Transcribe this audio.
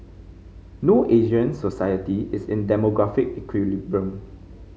no Asian society is in demographic equilibrium